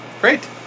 great